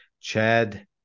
Chad